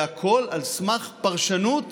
הכול על סמך פרשנות